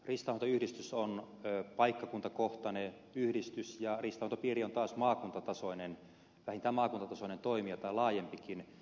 riistanhoitoyhdistys on paikkakuntakohtainen yhdistys ja riistanhoitopiiri on taas vähintään maakuntatasoinen toimija tai laajempikin